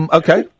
okay